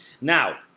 Now